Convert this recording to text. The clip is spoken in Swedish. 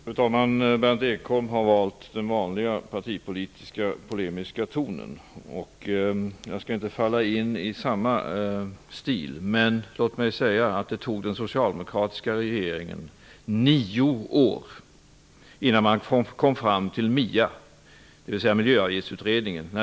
Fru talman! Berndt Ekholm har valt den vanliga partipolitiska polemiska tonen. Jag skall inte falla in i samma stil. Men låt mig säga att det tog nio år för den socialdemokratiska regeringen innan MIA tillsattes, dvs. Miljöavgiftsutredningen.